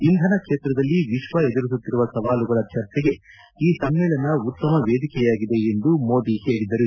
ಇಂಧನ ಕ್ಷೇತ್ರದಲ್ಲಿ ವಿಶ್ವ ಎದುರಿಸುತ್ತಿರುವ ಸವಾಲುಗಳ ಚರ್ಚೆಗೆ ಈ ಸಮ್ಮೇಳನ ಉತ್ತಮ ವೇದಿಕೆಯಾಗಿದೆ ಎಂದು ಮೋದಿ ಹೇಳಿದರು